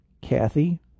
Kathy